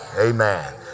Amen